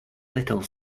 little